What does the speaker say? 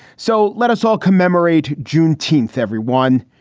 so let us all commemorate juneteenth, everyone.